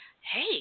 Hey